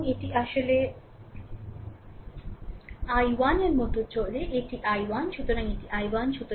এবং এটি আসলে i1 এর মতো চলে এটি i 1 সুতরাং এটি i 1